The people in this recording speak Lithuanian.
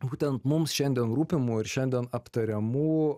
būtent mums šiandien rūpimų ir šiandien aptariamų